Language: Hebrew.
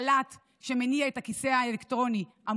יכול לשלוט באותו שלט שמניע את הכיסא האלקטרוני המונע,